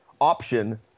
option